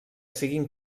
siguin